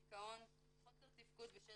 דיכאון, חוסר תפקוד בשל